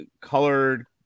colored